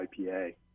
IPA